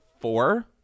four